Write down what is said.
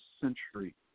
century